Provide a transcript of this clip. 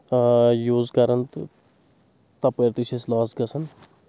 آ یوٗز کران تہٕ تَپٲرۍ تہِ چھِ أسۍ لاس گژھان